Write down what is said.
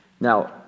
Now